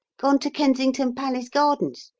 gone to kensington palace gardens.